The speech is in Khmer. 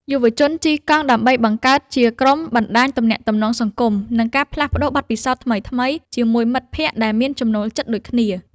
យុវជនជិះកង់ដើម្បីបង្កើតជាក្រុមបណ្ដាញទំនាក់ទំនងសង្គម និងការផ្លាស់ប្តូរបទពិសោធន៍ថ្មីៗជាមួយមិត្តភក្តិដែលមានចំណូលចិត្តដូចគ្នា។